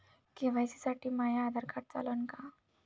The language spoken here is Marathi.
के.वाय.सी साठी माह्य आधार कार्ड चालन का?